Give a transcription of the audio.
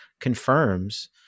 confirms